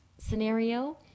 scenario